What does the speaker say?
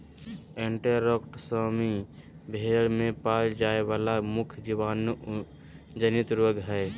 enterotoxaemia भेड़ में पाल जाय वला मुख्य जीवाणु जनित रोग हइ